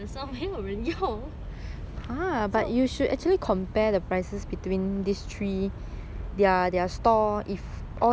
!wah! ya sia